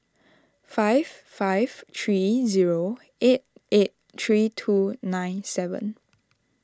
five five three zero eight eight three two nine seven